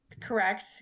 Correct